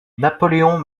napoleon